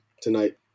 tonight